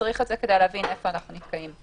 צריך את זה כדי להבין איפה אנחנו נתקעים.